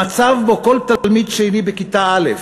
המצב שבו כל תלמיד שני בכיתה א'